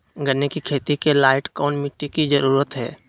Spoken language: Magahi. गन्ने की खेती के लाइट कौन मिट्टी की जरूरत है?